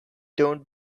don’t